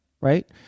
right